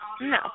No